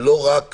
ולא רק